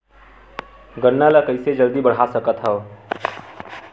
गन्ना ल जल्दी कइसे बढ़ा सकत हव?